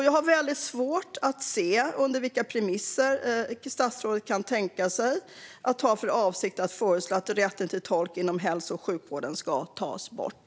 Jag har svårt att se under vilka premisser statsrådet kan tänka sig att föreslå att rätten till tolk inom hälso och sjukvården ska tas bort.